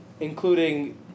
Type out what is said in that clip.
including